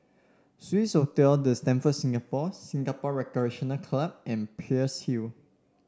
Swissotel The Stamford Singapore Singapore Recreation Club and Peirce Hill